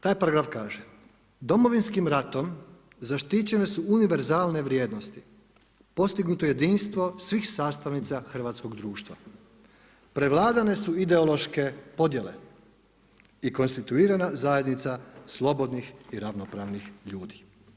Taj paragraf kaže: „Domovinskim ratom zaštićene su univerzalne vrijednosti, postignuto jedinstvo svih sastavnica hrvatskoga društva, prevladane su ideološke podjele i konstituirana zajednica slobodnih i ravnopravnih ljudi.